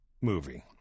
movie